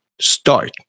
start